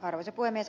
arvoisa puhemies